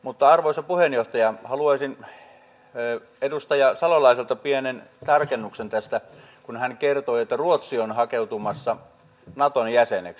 mutta arvoisa puheenjohtaja haluaisin edustaja salolaiselta pienen tarkennuksen tästä kun hän kertoi että ruotsi on hakeutumassa naton jäseneksi